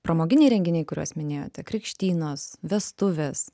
pramoginiai renginiai kuriuos minėjote krikštynos vestuvės